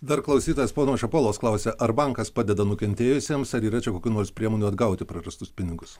dar klausytojas pono šapolos klausia ar bankas padeda nukentėjusiems ar yra čia kokių nors priemonių atgauti prarastus pinigus